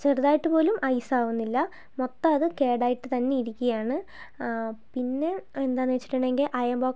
ചെറുതായിട്ടുപോലും ഐസാവുന്നില്ല മൊത്തം അത് കേടായിട്ടുതന്നെ ഇരിക്കുകയാണ് പിന്നെ എന്താണെന്നു വച്ചിട്ടുണ്ടെങ്കിൽ അയൺ ബോക്സ്